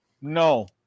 No